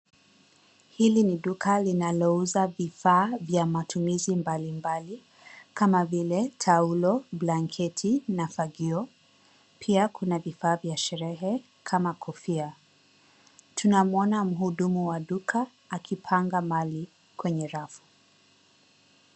Hili ni duka linalouza bidhaa vya matumizi mbalimbali kama vile taulo, blanketi na fagio. Pia kuna vifaa vya sherehe kama kofia. tunamwona mhudumu wa duka akipanga mali kwenye rafu.